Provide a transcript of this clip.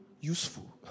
useful